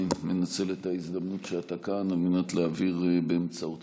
אני מנצל את ההזדמנות שאתה כאן על מנת להעביר באמצעותך